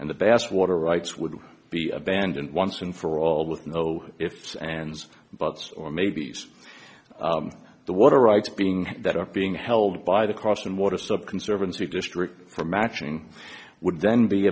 and the bass water rights would be abandoned once and for all with no ifs ands or buts or maybe's the water rights being that are being held by the cross and water so conservancy district for matching would then be